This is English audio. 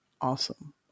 awesome